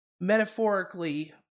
metaphorically